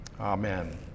Amen